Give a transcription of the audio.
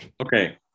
Okay